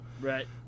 Right